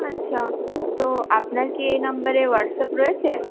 আচ্ছা তো আপনার কী এই নাম্বারে হোয়াটসঅ্যাপ রয়েছে